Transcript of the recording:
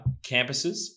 campuses